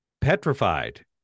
petrified